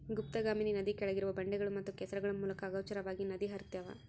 ಗುಪ್ತಗಾಮಿನಿ ನದಿ ಕೆಳಗಿರುವ ಬಂಡೆಗಳು ಮತ್ತು ಕೆಸರುಗಳ ಮೂಲಕ ಅಗೋಚರವಾಗಿ ನದಿ ಹರ್ತ್ಯಾವ